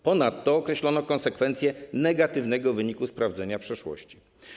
Ponadto określono konsekwencje negatywnego wyniku sprawdzenia przeszłości.